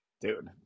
Dude